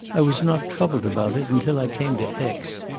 i was not troubled about it until i came to aix.